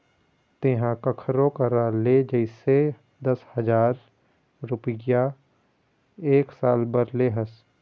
तेंहा कखरो करा ले जइसे दस हजार रुपइया एक साल बर ले हस